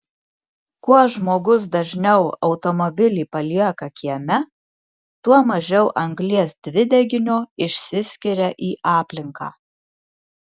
kuo žmogus dažniau automobilį palieka kieme tuo mažiau anglies dvideginio išsiskiria į aplinką